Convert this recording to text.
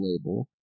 label